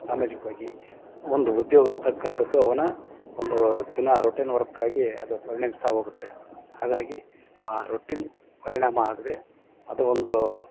ಸಾಮಾಜಿಕವಾಗಿ ಒಂದು ಉದ್ಯೋಗ ಅಂತಕ್ಕಂಥದ್ದು ಅವನ ಒಂದು ದಿನ ರೊಟೆನ್ ವರ್ಕಾಗಿ ಅದು ಪರಿಣಮಿಸ್ತಾ ಹೋಗತ್ತೆ ಹಾಗಾಗಿ ಆ ರೊಟಿನ್ ಪರಿಣಾಮ ಆಗದೆ ಅದು ಒಂದು